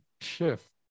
shift